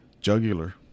jugular